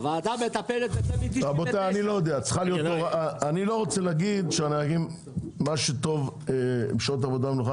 אני לא רוצה לומר שמה שטוב בשעות עבודה ומנוחה